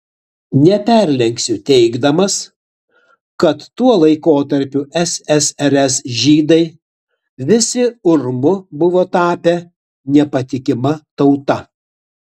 neperlenksiu teigdamas kad tuo laikotarpiu ssrs žydai visi urmu buvo tapę nepatikima tauta